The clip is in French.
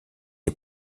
les